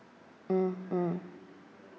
mm mm